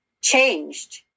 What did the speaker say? changed